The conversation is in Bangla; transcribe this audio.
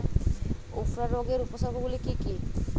উফরা রোগের উপসর্গগুলি কি কি?